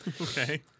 Okay